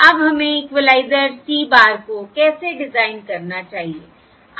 अब हमें equalizer C bar को कैसे डिज़ाइन करना चाहिए